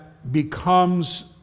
becomes